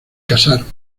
casaron